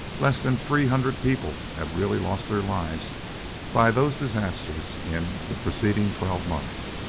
less than three hundred people had really lost their lives by those disasters in the preceding twelve months.